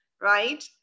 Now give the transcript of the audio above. Right